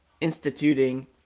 instituting